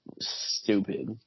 stupid